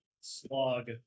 slog